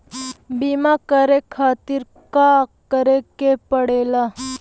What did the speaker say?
बीमा करे खातिर का करे के पड़ेला?